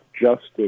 justice